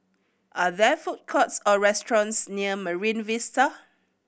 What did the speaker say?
are there food courts or restaurants near Marine Vista